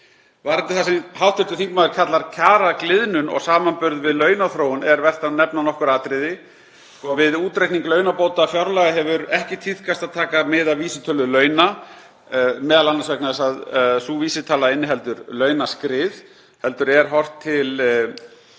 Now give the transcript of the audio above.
Varðandi það sem hv. þingmaður kallar kjaragliðnun og samanburð við launaþróun er vert að nefna nokkur atriði. Við útreikning launabóta fjárlaga hefur ekki tíðkast að taka mið af vísitölu launa, m.a. vegna þess að sú vísitala inniheldur launaskrið, heldur er horft til